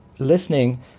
listening